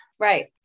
Right